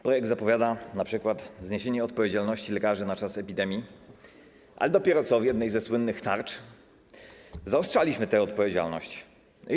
Projekt zapowiada na przykład zniesienie odpowiedzialności lekarzy na czas epidemii, a dopiero co w jednej ze słynnych tarcz zaostrzaliśmy tę odpowiedzialność.